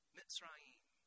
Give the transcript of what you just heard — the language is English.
Mitzrayim